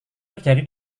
terjadi